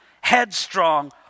Headstrong